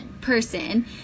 person